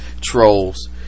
trolls